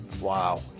Wow